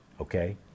okay